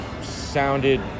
sounded